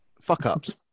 Fuck-ups